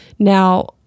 Now